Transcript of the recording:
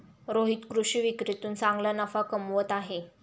रोहित कृषी विक्रीतून चांगला नफा कमवत आहे